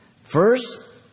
First